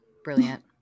brilliant